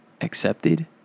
accepted